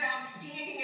outstanding